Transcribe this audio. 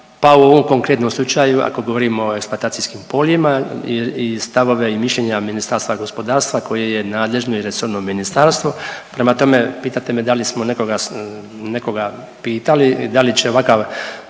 pa u ovom konkretnom slučaju ako govorimo o eksploatacijskim poljima i stavove i mišljenja Ministarstva gospodarstva koje je nadležno i resorno ministarstvo, prema tome pitate me da li smo nekoga, nekoga pitali da li će ovakav,